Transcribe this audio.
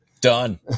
done